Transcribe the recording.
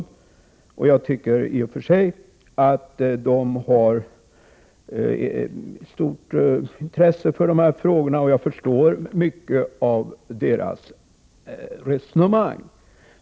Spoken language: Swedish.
I och för sig tycker jag att de har stort intresse för de här frågorna, och jag förstår mycket av deras resonemang.